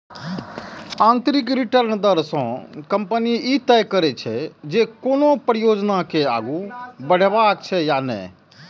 आंतरिक रिटर्न दर सं कंपनी ई तय करै छै, जे कोनो परियोजना के आगू बढ़ेबाक छै या नहि